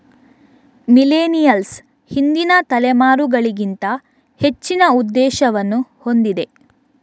millennials ಹಿಂದಿನ ತಲೆಮಾರುಗಳಿಗಿಂತ ಹೆಚ್ಚಿನ ಉದ್ದೇಶವನ್ನು ಹೊಂದಿದೆ